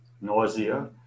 nausea